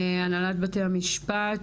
הנהלת בתי המשפט,